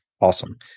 Awesome